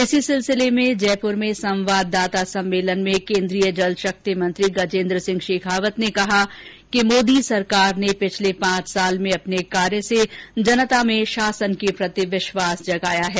इसी सिलसिले में जयपूर में संवाददाता सम्मेलन में केन्द्रीय जलशक्ति मंत्री गजेन्द्र सिंह शेखावत ने कहा कि मोदी सरकार ने पिछले पांच वर्ष में अपने कार्य से जनता में शासन के प्रति विश्वास जगाया है